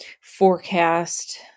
forecast